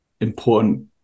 important